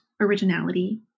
originality